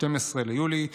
12 ביולי 2023,